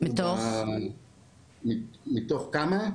מתוך כמה?